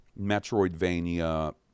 Metroidvania